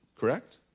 correct